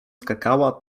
skakała